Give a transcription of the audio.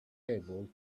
able